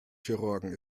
chirurgen